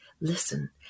listen